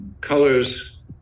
colors